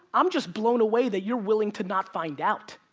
i'm just blown away that you're willing to not find out.